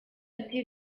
ati